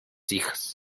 hijas